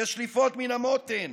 כשליפות מן המותן,